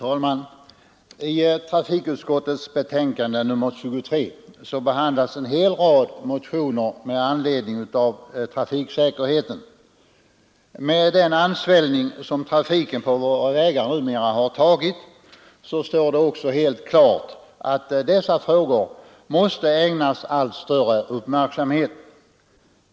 Fru talman! I trafikutskottets betänkande nr 23 behandlas en hel rad motioner med anknytning till trafiksäkerheten. Med den ansvällning som trafiken på våra vägar numera har fått står det också helt klart att dessa frågor måste ägnas allt större uppmärksamhet.